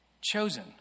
Chosen